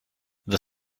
the